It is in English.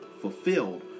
fulfilled